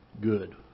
good